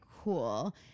cool